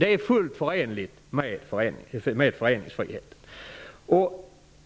Det är fullt förenligt med föreningsfriheten.